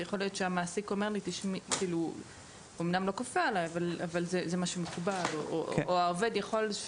יכול להיות שהמעסיק אומר לי אמנם לא כופה עלי - להעביר לחברה.